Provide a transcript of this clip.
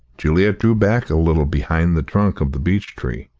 juliet drew back a little behind the trunk of the beech-tree.